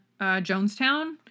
Jonestown